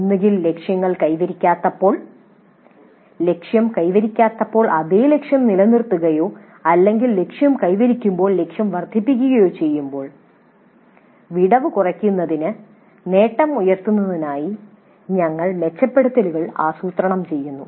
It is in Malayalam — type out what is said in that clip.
ഒന്നുകിൽ ലക്ഷ്യങ്ങൾ കൈവരിക്കാത്തപ്പോൾ ലക്ഷ്യം കൈവരിക്കാത്തപ്പോൾ അതേ ലക്ഷ്യം നിലനിർത്തുകയോ അല്ലെങ്കിൽ ലക്ഷ്യം കൈവരിക്കുമ്പോൾ ലക്ഷ്യം വർദ്ധിപ്പിക്കുകയോ ചെയ്യുമ്പോൾ വിടവ് കുറയ്ക്കുന്നതിന് നേട്ടങ്ങൾ ഉയർത്തുന്നതിനായി ഞങ്ങൾ മെച്ചപ്പെടുത്തലുകൾ ആസൂത്രണം ചെയ്യുന്നു